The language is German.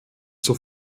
zur